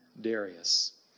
Darius